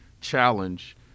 challenge